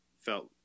felt